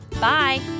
Bye